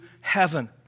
heaven